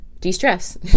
de-stress